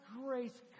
grace